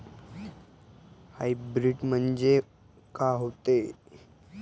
Hybrid म्हनजे का होते?